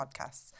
Podcasts